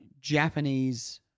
Japanese